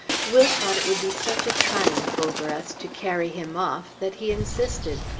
will thought it would be such a triumph over us to carry him off, that he insisted.